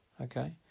Okay